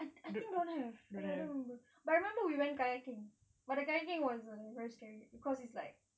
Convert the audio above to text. I I think don't have I don't remember but I remember we went kayaking but the kayaking was very scary cause it's like